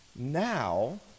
Now